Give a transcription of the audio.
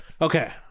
Okay